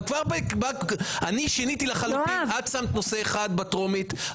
את שמת נושא אחד בטרומית,